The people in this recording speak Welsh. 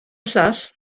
llall